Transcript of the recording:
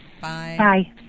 bye